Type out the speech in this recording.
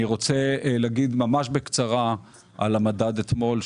אני רוצה לדבר ממש בקצרה על המדד שפורסם אתמול,